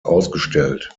ausgestellt